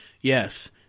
Yes